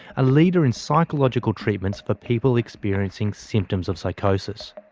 a leader in psychological treatments for people experiencing symptoms of psychosis.